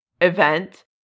event